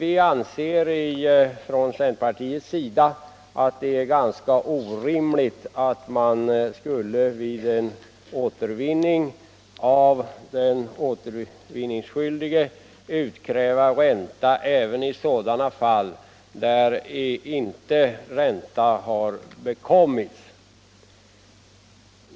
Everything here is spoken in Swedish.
Inom centerpartiet anser vi att det är ganska orimligt att man vid en återvinning av den återbäringsskyldige skulle utkräva ränta även i sådana fall där ränta inte har bekommits.